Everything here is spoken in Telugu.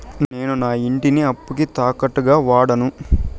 నేను నా ఇంటిని అప్పుకి తాకట్టుగా వాడాను